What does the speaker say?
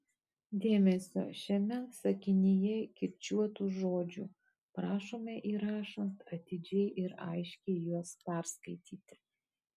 su silvija umaraite kalbame apie augančias konkurentų gretas